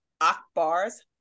Akbar's